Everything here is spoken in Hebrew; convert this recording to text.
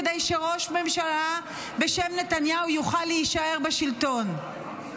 כדי שראש ממשלה בשם נתניהו יוכל להישאר בשלטון,